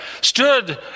stood